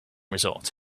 resort